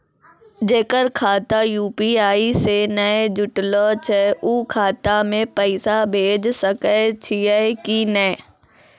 जेकर खाता यु.पी.आई से नैय जुटल छै उ खाता मे पैसा भेज सकै छियै कि नै?